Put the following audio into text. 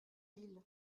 ville